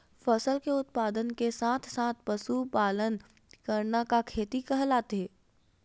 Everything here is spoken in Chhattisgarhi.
फसल के उत्पादन के साथ साथ पशुपालन करना का खेती कहलाथे?